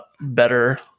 better